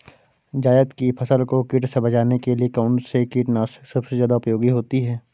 जायद की फसल को कीट से बचाने के लिए कौन से कीटनाशक सबसे ज्यादा उपयोगी होती है?